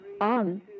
on